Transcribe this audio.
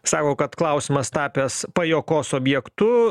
sako kad klausimas tapęs pajuokos objektu